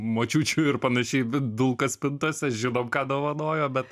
močiučių ir panašiai dulka spintose žinom ką dovanojo bet